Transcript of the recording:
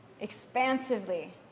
expansively